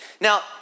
Now